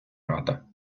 рада